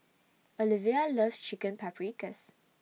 Olevia loves Chicken Paprikas